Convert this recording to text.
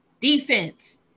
defense